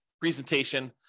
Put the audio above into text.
presentation